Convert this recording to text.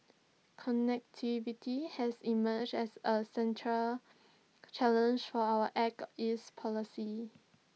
connectivity has emerged as A central challenge for our act east policy